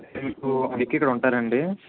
మీకు ఉంటుందా అండి